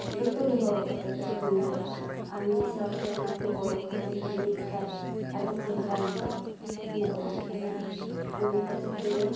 ᱡᱚᱛᱚᱜᱮ ᱦᱚᱨᱚᱜ ᱠᱟᱛᱮᱞᱮ ᱮᱱᱮᱡᱟ ᱟᱨ ᱢᱤᱫ ᱥᱟᱶᱛᱮ ᱚᱱᱟᱠᱚ ᱦᱚᱨᱚᱜ ᱠᱟᱛᱮᱫ ᱮᱱᱮᱡ ᱠᱷᱟᱡ ᱟᱹᱰᱤ ᱪᱮᱦᱮᱨᱟ ᱧᱮᱞᱚᱜᱼᱟ ᱧᱮᱞᱚᱜ ᱟᱢ ᱟᱨᱠᱤ ᱚᱱᱟ ᱠᱷᱟᱹᱛᱤᱨ ᱛᱮᱜᱮ